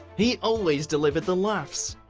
he always delivered the laughs.